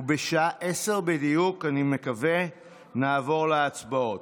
בשעה 10:00 בדיוק, אני מקווה, נעבור להצבעות.